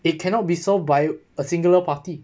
it cannot be solved by a singular party